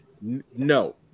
No